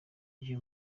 gihe